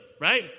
right